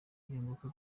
yunguka